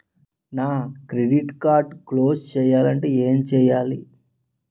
నా credit card close చేయాలంటే ఏంటి చేయాలి?